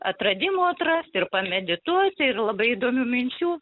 atradimų atrast ir pamedituot ir labai įdomių minčių